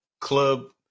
club